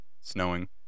snowing